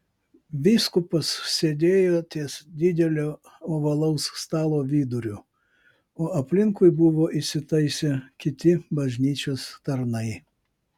vyskupas sėdėjo ties didelio ovalaus stalo viduriu o aplinkui buvo įsitaisę kiti bažnyčios tarnai